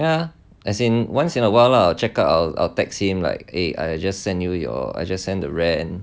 ya as in awhile lah you check out I'll text him like eh I just send you your I just send you the rent